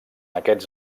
aquests